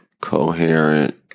coherent